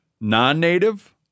non-native